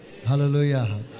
Hallelujah